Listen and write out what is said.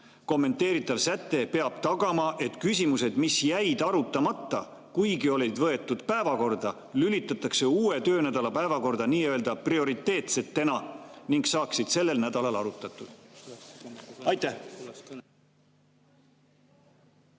Kommenteeritav säte peab tagama, et küsimused, mis jäid arutamata, kuigi olid võetud päevakorda, lülitatakse uue töönädala päevakorda n-ö prioriteetsetena ning saaksid sellel nädalal arutatud." Aitäh!